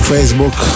Facebook